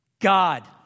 God